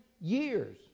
years